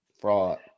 Fraud